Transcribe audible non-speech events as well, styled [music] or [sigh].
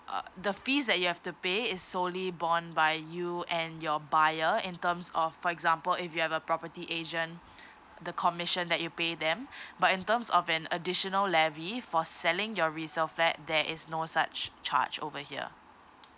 uh the fees that you have to pay is solely bond by you and your buyer in terms of for example if you have a property agent the commission that you pay them [breath] but in terms of an additional levy for selling your resale flat there is no such charge over here